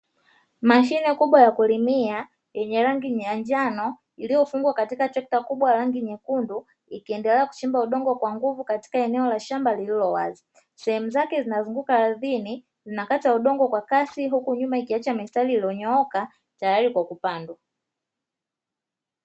Mashine kubwa ya kulimia yenye rangi ya njano iliyofungwa katika trekta kubwa ya rangi nyekundu ikiendelea kuchimba udongo kwa nguvu katika eneo la shamba lililowazi. Sehemu zake zinazunguka ardhini zinakata udongo kwa kasi huku nyuma ikiacha mistari iliyonyooka tayari kwa kupandwa.